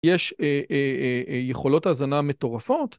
יש יכולות הזנה מטורפות.